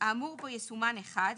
האמור בו יסומן "(1)",